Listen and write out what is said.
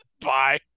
Bye